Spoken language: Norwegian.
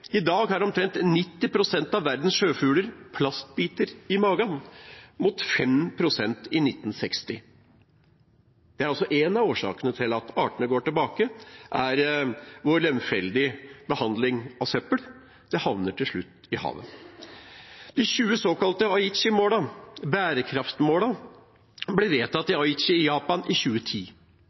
I dag har omtrent 90 pst. av verdens sjøfugler plastbiter i magen, mot 5 pst. i 1960. En av årsakene til at artene går tilbake, er vår lemfeldige behandling av søppel – det havner til slutt i havet. De 20 såkalte Aichi-målene – bærekraftsmålene – ble vedtatt i Aichi i Japan i 2010